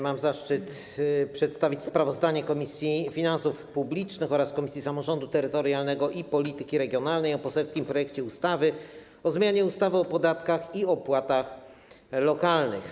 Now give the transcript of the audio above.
Mam zaszczyt przedstawić sprawozdanie Komisji Finansów Publicznych oraz Komisji Samorządu Terytorialnego i Polityki Regionalnej o poselskim projekcie ustawy o zmianie ustawy o podatkach i opłatach lokalnych.